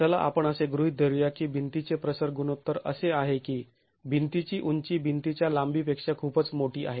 चला आपण असे गृहीत धरुया की भिंतीचे प्रसर गुणोत्तर असे आहे की भिंतीची उंची भिंतीच्या लांबीपेक्षा खूपच मोठी आहे